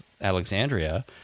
Alexandria